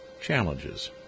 Challenges